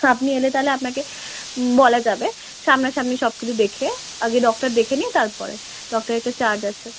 আপনি এলে তাহলে আপনাকে বলা যাবে সামনাসামনি সব কিছু দেখে আগে ডক্টর দেখে নিয়ে তার পরে ডক্টরের একটা চার্জ আছে